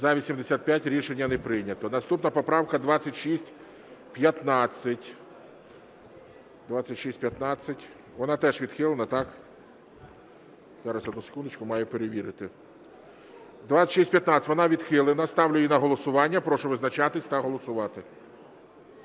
За-85 Рішення не прийнято. Наступна поправка 2615. 2615, вона теж відхилена, так? Зараз, одну секундочку, маю перевірити. 2615, вона відхилена. Ставлю її на голосування. Прошу визначатись та голосувати.